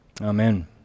Amen